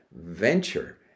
venture